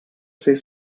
ser